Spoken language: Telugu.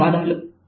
ధన్యవాదములు